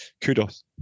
kudos